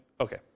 Okay